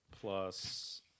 plus